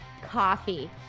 coffee